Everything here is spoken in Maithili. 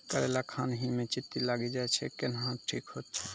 करेला खान ही मे चित्ती लागी जाए छै केहनो ठीक हो छ?